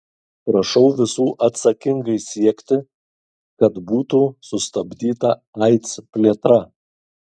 prašau visų atsakingai siekti kad būtų sustabdyta aids plėtra